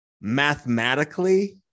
mathematically